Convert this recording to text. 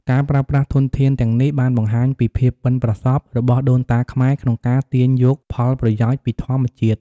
ការប្រើប្រាស់ធនធានទាំងនេះបានបង្ហាញពីភាពប៉ិនប្រសប់របស់ដូនតាខ្មែរក្នុងការទាញយកផលប្រយោជន៍ពីធម្មជាតិ។